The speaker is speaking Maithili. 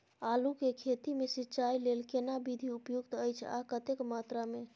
आलू के खेती मे सिंचाई लेल केना विधी उपयुक्त अछि आ कतेक मात्रा मे?